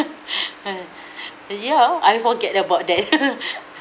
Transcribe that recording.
uh ya I forget about that